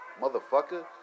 Motherfucker